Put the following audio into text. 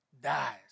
dies